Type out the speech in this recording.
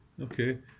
Okay